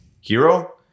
hero